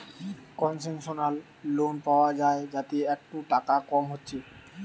concessional loan পায়া যায় যাতে একটু টাকা কম হচ্ছে